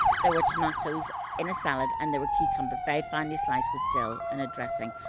there were tomatoes in a salad and there were cucumbers, very finely sliced, with dill and a dressing.